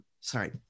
Sorry